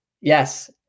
Yes